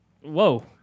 whoa